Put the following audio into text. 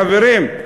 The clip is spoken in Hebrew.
חברים,